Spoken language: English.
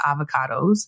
avocados